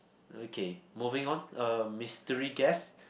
okay moving on uh mystery guest